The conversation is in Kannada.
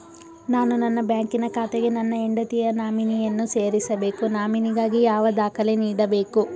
ನಾನು ನನ್ನ ಬ್ಯಾಂಕಿನ ಖಾತೆಗೆ ನನ್ನ ಹೆಂಡತಿಯ ನಾಮಿನಿಯನ್ನು ಸೇರಿಸಬೇಕು ನಾಮಿನಿಗಾಗಿ ಯಾವ ದಾಖಲೆ ನೀಡಬೇಕು?